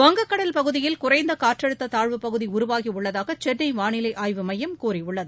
வங்கக்கடல் பகுதியில் குறைந்த காற்றழுத்த தாழ்வுப்பகுதி உருவாகி உள்ளதாக சென்னை வானிலை ஆய்வு மையம் கூறியுள்ளது